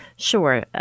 Sure